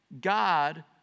God